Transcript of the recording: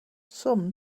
some